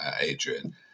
Adrian